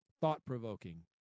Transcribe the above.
thought-provoking